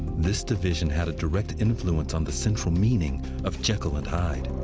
this division had a direct influence on the central meaning of jekyll and hyde.